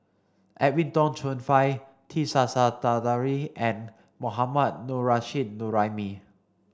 Edwin Tong Chun Fai T Sasitharan and Mohammad Nurrasyid Juraimi